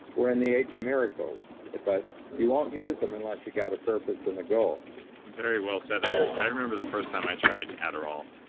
we're in the age of miracles. but you won't use them unless you've got a purpose and a goal very well said. i i remember the first time i tried adderall.